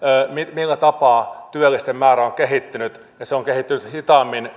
millä tapaa työllisten määrä on on kehittynyt se on kehittynyt hitaammin